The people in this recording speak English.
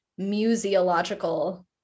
museological